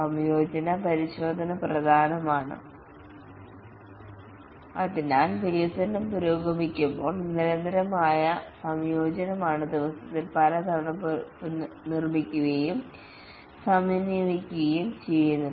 സംയോജന പരിശോധന പ്രധാനമാണ് അതിനാൽ വികസനം പുരോഗമിക്കുമ്പോൾ നിരന്തരമായ സംയോജനമാണ് ദിവസത്തിൽ പല തവണ നിർമ്മിക്കുകയും സമന്വയിപ്പിക്കുകയും ചെയ്യുന്നത്